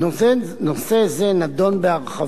נושא זה נדון בהרחבה